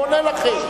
הוא עונה לכם.